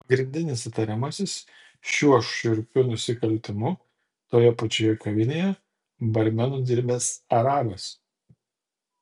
pagrindinis įtariamasis šiuo šiurpiu nusikaltimu toje pačioje kavinėje barmenu dirbęs arabas